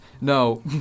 No